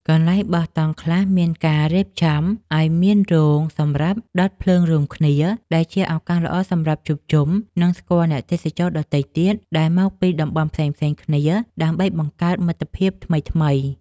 កន្លែងបោះតង់ខ្លះមានការរៀបចំឱ្យមានរោងសម្រាប់ដុតភ្លើងរួមគ្នាដែលជាឱកាសដ៏ល្អសម្រាប់ជួបជុំ និង ស្គាល់អ្នកទេសចរដទៃទៀតដែលមកពីតំបន់ផ្សេងៗគ្នាដើម្បីបង្កើតមិត្តភាពថ្មីៗ។